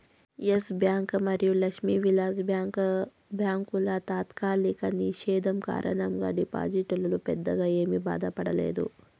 yes bank మరియు లక్ష్మీ విలాస్ బ్యాంకుల తాత్కాలిక నిషేధం కారణంగా డిపాజిటర్లు పెద్దగా ఏమీ బాధపడలేదు